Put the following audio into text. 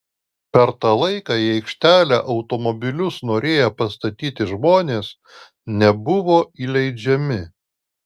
per tą laiką į aikštelę automobilius norėję pastatyti žmonės nebuvo įleidžiami